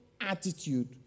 attitude